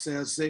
לנושא הזה.